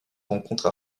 rencontres